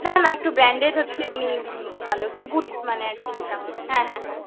না না একটু ব্র্যান্ডেড হচ্ছে এমনি ভালো একটু বুট মানে আর কি নিতাম হ্যাঁ হ্যাঁ হ্যাঁ